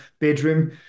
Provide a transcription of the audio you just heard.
bedroom